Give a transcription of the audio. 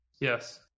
yes